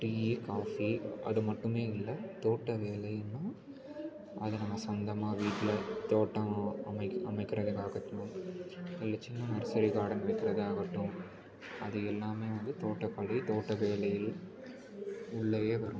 டீயி coffee அது மட்டுமே இல்லை தோட்டம் வேலைணும் அது நம்ம சொந்தமாக வீட்டில் தோட்டம் அமைக்க அமைக்கிறதுக்காகட்டும் இல்லை சின்ன நர்சரி கார்டன் வைக்கறதாகட்டும் அது எல்லாமே வந்து தோட்டக்கலை தோட்ட வேலையில் உள்ள வரும்